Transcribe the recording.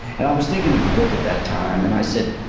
and i was thinking of the book at that time, and i said,